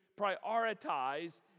Prioritize